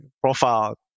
profile